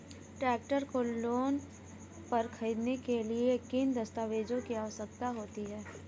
Tractor को loan पर खरीदने के लिए किन दस्तावेज़ों की आवश्यकता होती है?